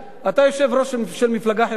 אתה יושב-ראש של מפלגה חברתית,